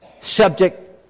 subject